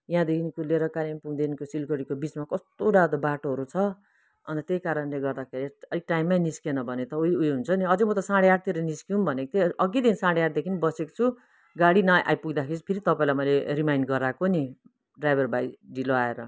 यहाँदेखिको लिएर कालिम्पोङदेखिको लिएर सिलगढीको बिचमा कस्तो डरलाग्दो बाटोहरू छ अन्त त्यही कारणले गर्दाखेरि अलिक टाइममै निस्किएन भने त अलिक ऊ यो हुन्छ नि आजै म त साढे आठतिर निस्कियौँ भनेको थियोँ अघिदेखि साढे आठदेखि बसेको छु गाडी नआइपुग्दाखेरि फेरि तपाईँलाई मैले रिमाइन्ड गराएको नि ड्राइभर भाइ ढिलो आएर